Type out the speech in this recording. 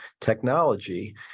technology